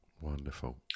Wonderful